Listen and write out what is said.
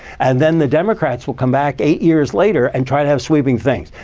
and then the democrats will come back eight years later and try to have sweeping things.